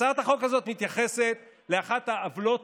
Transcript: הצעת החוק הזאת מתייחסת לאחת העוולות